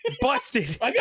busted